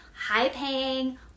high-paying